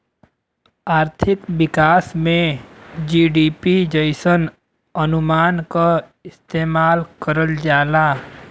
आर्थिक विकास में जी.डी.पी जइसन अनुमान क इस्तेमाल करल जाला